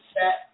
set